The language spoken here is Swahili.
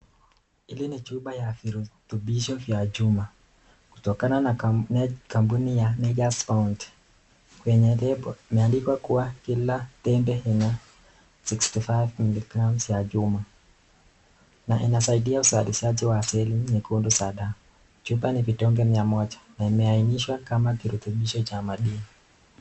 Hili ni chupa ya virutubisho vya chuma, kutokana na kampuni ya Nature's Bounty . Kwenye lebo, imeandikwa kuwa kila tembe ina 65mg ya chuma na inasaidia uzalishaji wa seli nyekundu za damu. Chupa ni vidonge mia moja na imeainishwa kama kirutubisho cha madini.